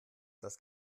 das